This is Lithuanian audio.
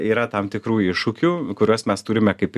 yra tam tikrų iššūkių kuriuos mes turime kaip